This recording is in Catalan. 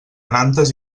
nantes